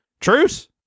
Truce